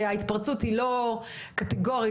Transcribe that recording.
ההתפרצות היא לא קטגורית,